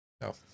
No